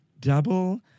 Double